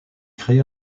crée